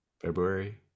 february